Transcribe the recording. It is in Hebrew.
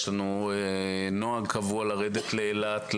יש נוהג קבוע לרדת לאילת,